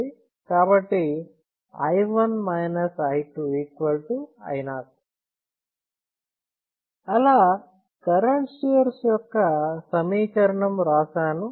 కాబట్టి i 1 i 2 i 0 అలా current source యొక్క సమీకరణం వ్రాశాను